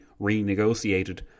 renegotiated